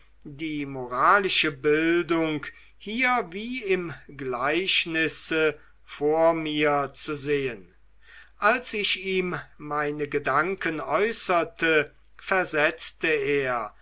die moralische bildung hier wie im gleichnisse vor mir zu sehen als ich ihm meine gedanken äußerte versetzte er